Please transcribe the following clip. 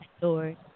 Lord